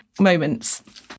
moments